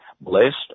blessed